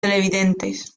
televidentes